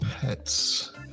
pets